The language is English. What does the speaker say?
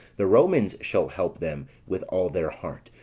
the romans shall help them with all their heart,